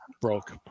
broke